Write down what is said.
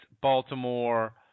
Baltimore